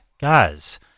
guys